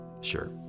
sure